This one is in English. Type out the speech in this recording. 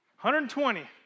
120